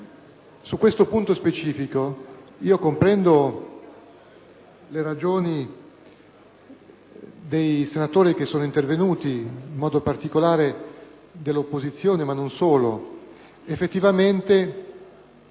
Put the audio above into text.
Su questo punto specifico comprendo le ragioni dei senatori che sono intervenuti, in modo particolare dell'opposizione, ma non solo.